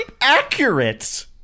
accurate